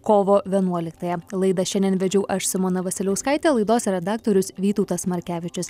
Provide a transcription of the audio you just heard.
kovo vienuoliktąją laidą šiandien vedžiau aš simona vasiliauskaitė laidos redaktorius vytautas markevičius